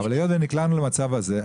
אבל היות ונקלענו למצב הזה,